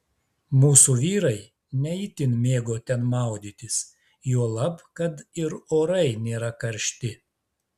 mūsų vyrai ne itin mėgo ten maudytis juolab kad ir orai nėra karšti